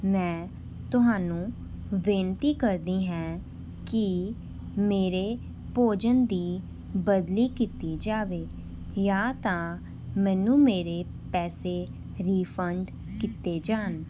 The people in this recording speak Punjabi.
ਮੈਂ ਤੁਹਾਨੂੰ ਬੇਨਤੀ ਕਰਦੀ ਹਾਂ ਕਿ ਮੇਰੇ ਭੋਜਨ ਦੀ ਬਦਲੀ ਕੀਤੀ ਜਾਵੇ ਜਾਂ ਤਾਂ ਮੈਨੂੰ ਮੇਰੇ ਪੈਸੇ ਰਿਫੰਡ ਕੀਤੇ ਜਾਣ